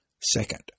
Second